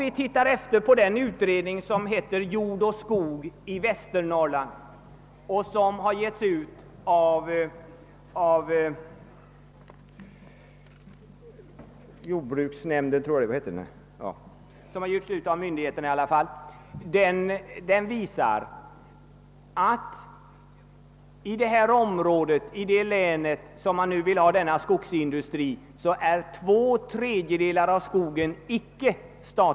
Den av lantbruksstyrelsen utgivna utredningen »Jord och skog i Västernorrlands län» visar att i det län där man nu vill ha den omtalade skogsindustrin är två tredjedelar av skogen i privat ägo.